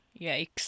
Yikes